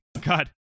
god